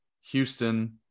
Houston